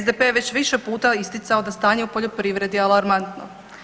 SDP je već više puta isticao da je stanje u poljoprivredi alarmantno.